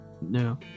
No